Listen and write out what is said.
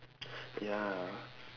ya